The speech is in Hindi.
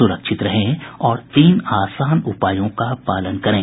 सुरक्षित रहें और इन तीन आसान उपायों का पालन करें